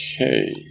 Okay